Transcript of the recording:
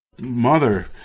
mother